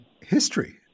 history